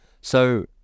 So-